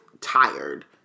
tired